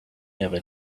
never